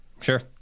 Sure